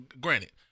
granted